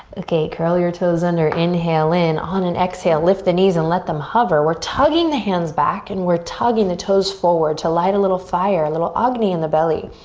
okay, curl your toes under, inhale in. on an exhale lift the knees and let them hover. we're tugging the hands back and we're tugging the toes forward to light a little fire, a little agni in the belly.